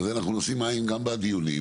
ואנחנו נשים עין גם בדיונים,